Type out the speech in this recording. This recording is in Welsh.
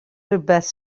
rhywbeth